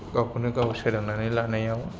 गावखौनो गाव सोलोंनानै लानायाव